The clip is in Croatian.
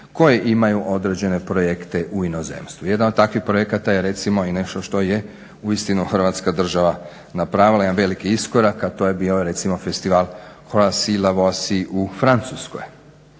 koji imaju određene projekte u inozemstvu. Jedan od takvih projekata je recimo i nešto što je uistinu Hrvatska država napravila jedan veliki iskorak, a to je bio recimo Festival Croatie la voici u Francuskoj.